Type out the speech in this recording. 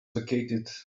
vacated